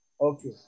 Okay